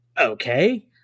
okay